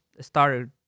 started